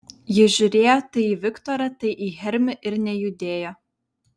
jis žiūrėjo tai į viktorą tai į hermį ir nejudėjo